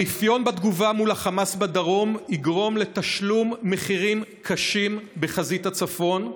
הרפיון בתגובה מול החמאס בדרום יגרום לתשלום מחירים קשים בחזית הצפון,